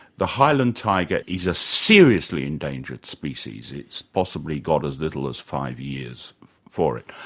the highland tiger is a seriously endangered species. it's possibly got as little as five years for it.